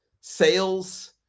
sales